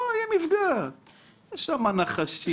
יהיו שם נחשים,